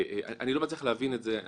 אני לא מצליח להבין את זה.